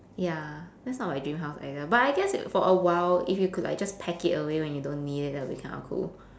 ya that's not my dream house either but I guess if for awhile if you could like just pack it away when you don't need it that will be kind of cool